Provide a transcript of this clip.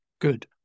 good